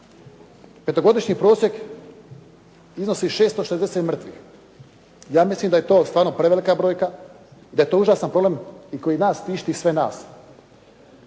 Petogodišnji prosjek iznosi 660 mrtvih., ja mislim da je to stvarno prevelika brojka, da je to užasan problem i koji nas tišti i sve nas.